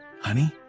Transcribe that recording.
Honey